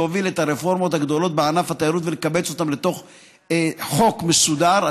להוביל את הרפורמות הגדולות בענף התיירות ולקבץ אותן לתוך חוק מסודר,